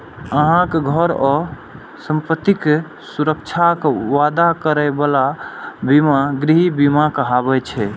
अहांक घर आ संपत्तिक सुरक्षाक वादा करै बला बीमा गृह बीमा कहाबै छै